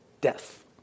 death